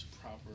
proper